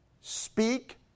speak